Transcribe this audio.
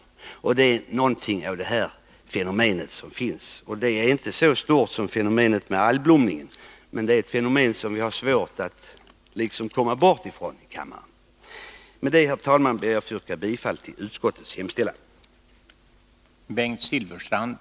Något av detta fenomen har inträffat också här. Det är inte ett fenomen som innebär lika stora problem som det som sammanhänger med algblomningen, men det är något som vi har svårt att komma bort ifrån här i kammaren. Med detta, herr talman, ber jag att få yrka bifall till utskottets hemställan.